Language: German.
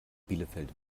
bielefeld